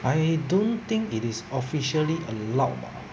I don't think it is officially allowed bah